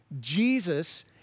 Jesus